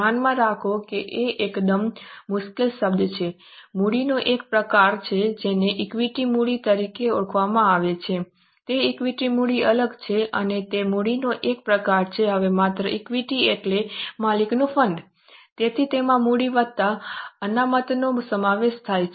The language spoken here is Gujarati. ધ્યાનમાં રાખો કે આ એકદમ મુશ્કેલ શબ્દ છે મૂડીનો એક પ્રકાર છે જેને ઇક્વિટી મૂડી તરીકે ઓળખવામાં આવે છે તે ઇક્વિટી મૂડી અલગ છે અને તે મૂડીનો એક પ્રકાર છે હવે માત્ર ઇક્વિટી એટલે માલિકોનું ફંડ તેથી તેમાં મૂડી વત્તા અનામતનો સમાવેશ થાય છે